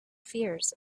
fears